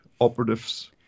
operatives